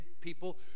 people